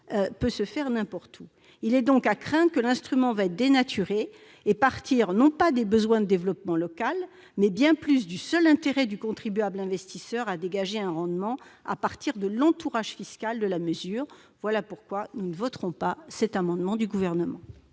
peut se faire n'importe où ? Il est donc à craindre que l'instrument ne soit dénaturé et qu'il ne soit utilisé sur la base non pas des besoins de développement local, mais plutôt du seul intérêt du contribuable investisseur à dégager un rendement à partir de l'entourage fiscal de la mesure. Voilà pourquoi nous ne voterons pas cet amendement du Gouvernement.